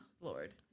Lord